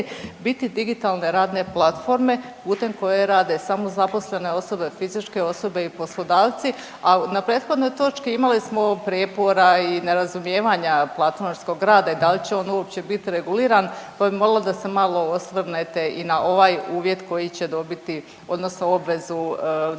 biti digitalne radne platforme putem koje rade samozaposlene osobe, fizičke osobe i poslodavci, a na prethodnoj točki imali smo prijepora i nerazumijevanja platformskog rada i da li će on uopće biti reguliran pa bi molila da se malo osvrnete i na ovaj uvjet koji će dobiti odnosno obvezu digitalne